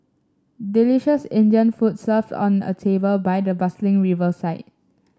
delicious Indian food served on a table by the bustling riverside